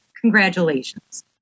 Congratulations